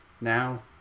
now